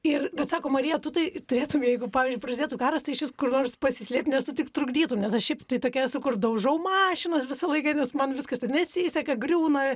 ir bet sako marija tu tai turėtum jeigu pavyzdžiui prasidėtų karas tai išvis kur nors pasislėpt nes tu tik trukdytum nes aš šiaip tai tokia esu kur daužau mašinas visą laiką nes man viskas ten nesiseka griūna